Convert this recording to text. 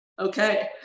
okay